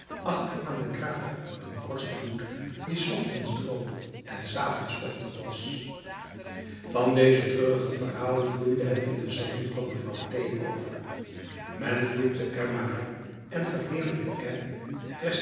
achter aan den kraag een korst bloed die s ochtends droog en s avonds vochtig was van deze treurige verhalen vloeide het in den salon van mevrouw t over men vloekte er marat en